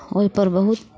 ओहिपर बहुत